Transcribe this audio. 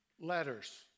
letters